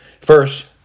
First